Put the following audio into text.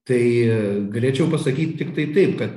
tai galėčiau pasakyt tiktai taip kad